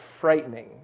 frightening